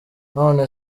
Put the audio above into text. none